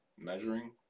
measuring